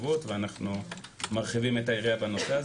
הסוהר ואנחנו מרחיבים את היריעה בנושא.